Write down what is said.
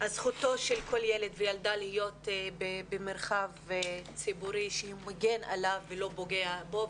זכותם של כל ילד וילדה לחיות במרחב ציבורי שמגן עליהם ולא פוגע בהם.